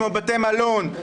כמו בתי מלון,